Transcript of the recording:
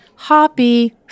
Hoppy